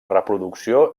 reproducció